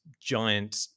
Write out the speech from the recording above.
giant